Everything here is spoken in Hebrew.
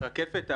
רקפת,